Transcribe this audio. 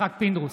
יצחק פינדרוס,